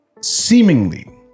seemingly